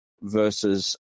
versus